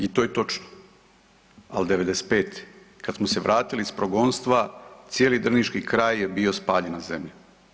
I to je točno, ali '95. kad smo se vratili iz progonstva cijeli drniški kraj je bio spaljena zemlja.